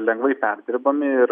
lengvai perdirbami ir